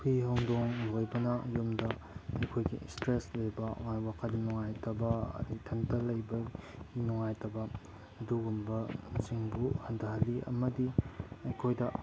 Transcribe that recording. ꯍꯨꯏ ꯍꯧꯗꯣꯡ ꯂꯣꯏꯕꯅ ꯌꯨꯝꯗ ꯑꯩꯈꯣꯏꯒꯤ ꯁ꯭ꯇꯔꯦꯁ ꯂꯩꯕ ꯋꯥꯈꯜ ꯅꯨꯡꯉꯥꯏꯇꯕ ꯑꯗꯩ ꯏꯊꯟꯇ ꯂꯩꯕ ꯅꯨꯡꯉꯥꯏꯇꯕ ꯑꯗꯨꯒꯨꯝꯕꯁꯤꯡꯕꯨ ꯍꯟꯊꯍꯜꯂꯤ ꯑꯃꯗꯤ ꯑꯩꯈꯣꯏꯗ